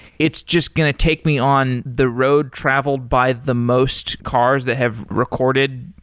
it's just going to take me on the road traveled by the most cars that have recorded?